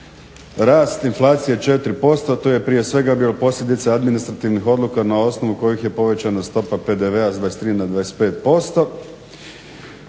rast inflacije 4% to je prije svega bila posljedica administrativnih odluka na osnovu kojih je povećana stopa PDV s 23 na 25%